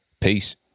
Peace